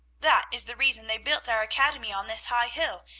that is the reason they built our academy on this high hill,